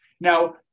Now